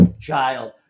child